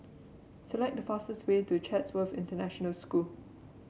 select the fastest way to Chatsworth International School